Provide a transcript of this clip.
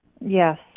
Yes